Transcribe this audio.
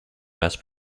mass